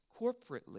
corporately